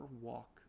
walk